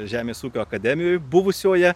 žemės ūkio akademijoj buvusioje